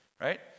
right